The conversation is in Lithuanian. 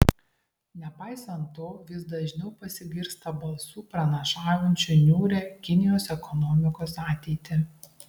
nepaisant to vis dažniau pasigirsta balsų pranašaujančių niūrią kinijos ekonomikos ateitį